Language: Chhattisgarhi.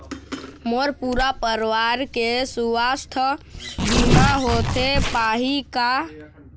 मोर पूरा परवार के सुवास्थ बीमा होथे पाही का?